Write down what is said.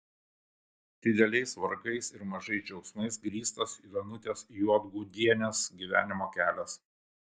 dideliais vargais ir mažais džiaugsmais grįstas danutės juodgudienės gyvenimo kelias